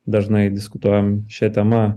dažnai diskutuojam šia tema